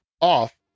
off